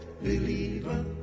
believer